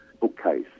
bookcase